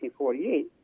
1948